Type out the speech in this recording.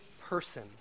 person